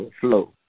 flow